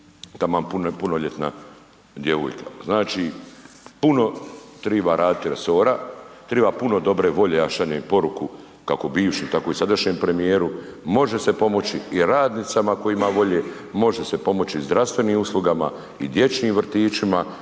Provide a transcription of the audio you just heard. taman punoljetna djevojka? Znači puno treba raditi resora. Treba puno dobre volje. Ja šaljem poruku kako bivšem tako i sadašnjem premijeru. Može se pomoći i radnicama tko ima volje. Može se pomoći i zdravstvenim uslugama, i dječjim vrtićima.